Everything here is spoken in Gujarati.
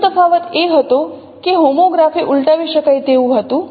બીજો તફાવત એ હતો કે હોમોગ્રાફી ઉલટાવી શકાય તેવું હતું